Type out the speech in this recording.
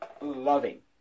loving